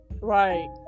right